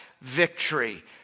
victory